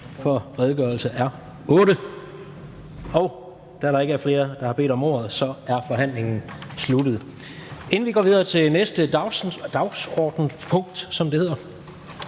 for redegørelse R 8. Da der ikke er flere, der har bedt om ordet, er forhandlingen sluttet. Inden vi går videre til næste dagsordenspunkt, som det hedder,